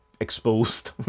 exposed